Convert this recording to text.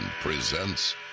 presents